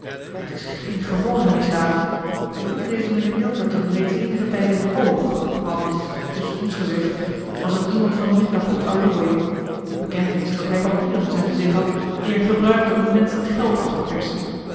het is geen gewone misdaad wij hielden dezen mijnheer milverton reeds eenigen tijd in het oog want tusschen ons gezegd was het iemand van minder goed allooi bekend is dat hij papieren in zijn bezit had die hij gebruikte om menschen geld af te persen